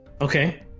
Okay